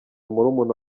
murumuna